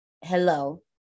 hello